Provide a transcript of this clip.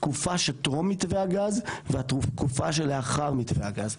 התקופה של טרום מתווה הגז והתקופה של לאחר מתווה הגז.